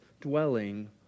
dwelling